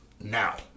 now